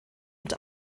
und